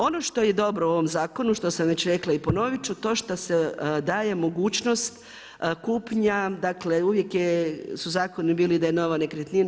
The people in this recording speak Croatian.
Ono što je dobro u ovom zakonu što sam već rekla i ponovit ću, to što se daje mogućnost kupnja, dakle uvijek su zakoni bili da je nova nekretnina.